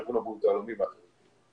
ארגון הבריאות העולמי ואחרים.